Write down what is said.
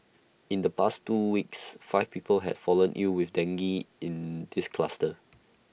in the past two weeks five people have fallen ill with dengue in this cluster